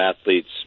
athletes